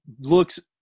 looks